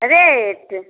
rate